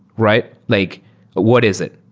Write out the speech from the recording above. right? like what is it?